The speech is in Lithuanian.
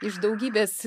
iš daugybės